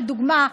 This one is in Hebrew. לדוגמה,